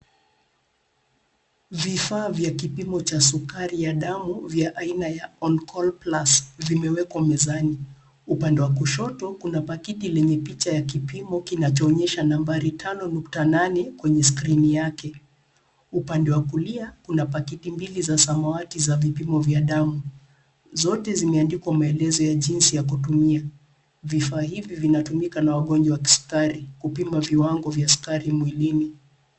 Vifaa vya kipimo cha sukari ya damu vya aina ya On Call Plus vimewekwa mezani. Upande wa kushoto kuna pakiti lenye picha ya kipimo kinachoonyesha nambari 5.8 kwenye skrini yake. Upande wa kulia kuna pakiti mbili za samawati za vipimo vya damu. Zote zimeandikwa maelezo ya jinsi ya kutumia. Vifaa hivi vinatumika na wagonjwa wa kisukari kupima viwango vya sukari mwilini.